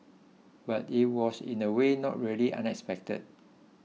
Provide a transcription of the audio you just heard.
but it was in a way not really unexpected